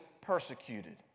persecuted